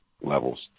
levels